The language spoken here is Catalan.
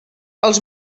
els